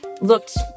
looked